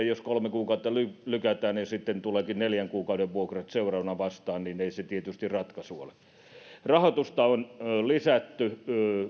jos kolme kuukautta lykätään ja sitten tulevatkin neljän kuukauden vuokrat seuraavana vastaan niin ei se tietysti ratkaisu ole rahoitusta on lisätty